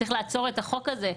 שצריך לעצור את החוק הזה?